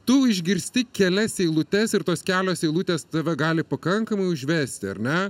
tu išgirsti kelias eilutes ir tos kelios eilutės tave gali pakankamai užvesti ar ne